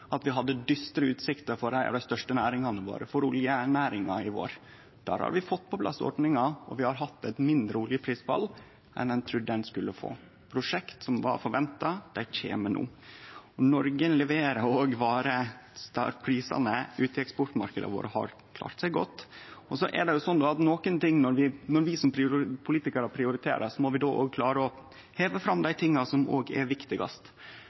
at vi hadde dystre utsikter for ei av dei største næringane våre, oljenæringa, i vår. Der har vi fått på plass ordningar, og vi har hatt eit mindre oljeprisfall enn ein trudde ein skulle få. Prosjekt som var forventa, kjem no. Noreg leverer òg varer der prisane ute i eksportmarknaden vår har klart seg godt. Når vi som politikarar prioriterer, må vi òg klare å heve fram dei tinga som er dei viktigaste. Som KrF-ar meiner eg at noko av det viktigaste vi kan gjere, er å prioritere dei minste, og det er